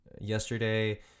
yesterday